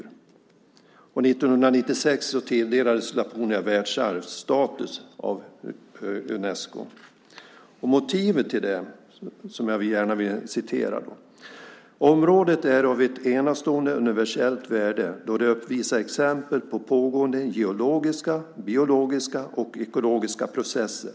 År 1996 tilldelades Laponia världsarvsstatus av Unesco. Motiveringen till det, som jag gärna vill referera, är: Området är av ett enastående universellt värde då det visar exempel på pågående geologiska, biologiska och ekologiska processer.